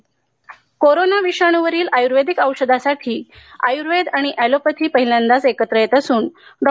corona corona विषाणूवरील आयूर्वेदिक औषधासाठी आयूर्वेद आणि ऍलोपॅथी पहिल्यांदाच एकत्र येत असून डॉ